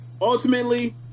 ultimately